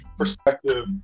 perspective